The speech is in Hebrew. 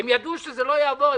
הן ידעו שזה לא יעבור,